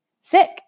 sick